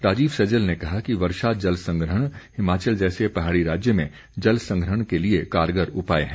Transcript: राजीव सैजल ने कहा कि वर्षा जल संग्रहण हिमाचल जैसे पहाड़ी राज्य में जल संग्रहण के लिए कारगर उपाय है